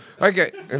Okay